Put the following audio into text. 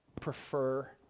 prefer